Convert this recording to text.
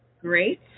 great